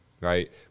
right